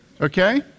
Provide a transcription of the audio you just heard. Okay